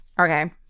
Okay